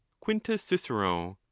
quintus cicero.